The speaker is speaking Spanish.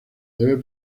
debe